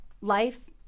life